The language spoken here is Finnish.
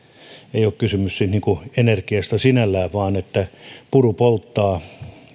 ei ole kysymys niin kuin energiasta sinällään vaan siitä että puru polttaa